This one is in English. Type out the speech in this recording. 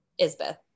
isbeth